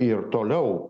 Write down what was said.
ir toliau